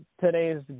today's